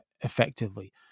effectively